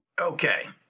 Okay